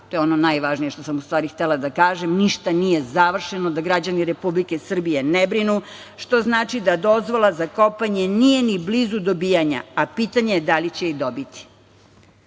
To je ono najvažnije što sam u stvari htela da kažem. Ništa nije završeno, da građani Republike Srbije ne brinu, što znači da dozvola za kopanje nije ni blizu dobijanja, a pitanje je da li će i dobiti. Ovo